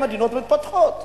אלה מדינות מפותחות,